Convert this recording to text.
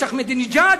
יש אחמדינג'אד,